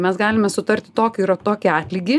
mes galime sutarti tokį ir tokį atlygį